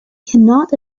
cannot